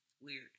weird